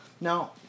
Now